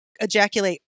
ejaculate